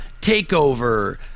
Takeover